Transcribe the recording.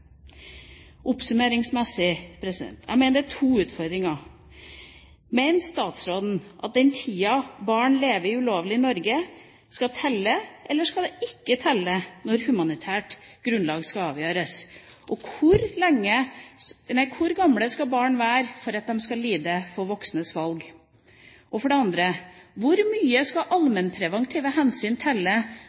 Oppsummeringsmessig: Jeg mener det er to utfordringer. Mener statsråden at den tida barn lever ulovlig i Norge, skal telle, eller skal det ikke telle når opphold på humanitært grunnlag skal avgjøres, og hvor gamle skal barn være før de skal lide for voksnes valg? Og det andre: Hvor mye skal allmennpreventive hensyn telle